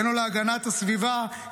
אין לו להגנת הסביבה,